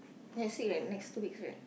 next week next two weeks right